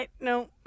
No